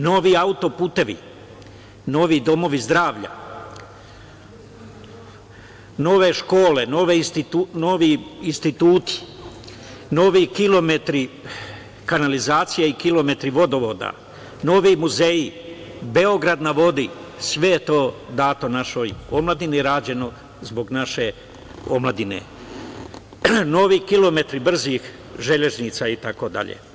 Novi autoputevi, novi domovi zdravlja, nove škole, novi instituti, novi kilometri kanalizacije i kilometri vodovoda, novi muzeji, „Beograd na vodi“, sve je to dato našoj omladini, rađeno zbog naše omladine i novi kilometri brzih železnica itd.